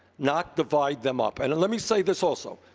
not divide them up. and and let me say this also.